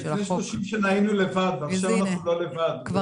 לפני 30 שנה היינו לבד ועכשיו אנחנו לא לבד וזה כיף.